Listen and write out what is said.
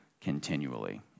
continually